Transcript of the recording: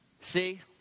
See